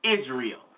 Israel